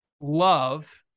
love